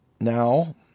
now